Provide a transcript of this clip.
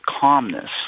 calmness